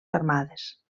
armades